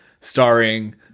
starring